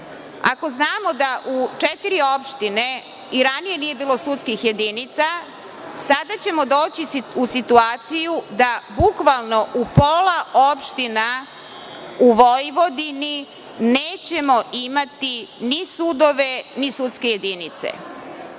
Ako znamo da u četiri opštine i ranije nije bilo sudskih jedinica, sada ćemo doći u situaciju da bukvalno u pola opština u Vojvodini nećemo imati ni sudove, ni sudske jedinice.U